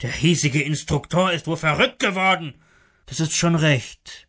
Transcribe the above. der hiesige instruktor ist wohl verrückt geworden das ist schon recht